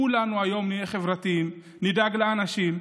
כולנו היום נהיה חברתיים: נדאג לאנשים,